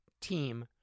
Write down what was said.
team